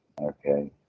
Okay